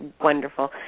wonderful